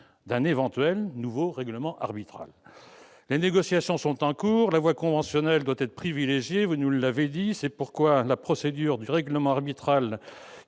d'un éventuel nouveau règlement arbitral. Les négociations sont en cours. La voie conventionnelle doit être privilégiée, vous l'avez dit. C'est pourquoi la procédure du règlement arbitral,